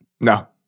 No